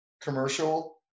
commercial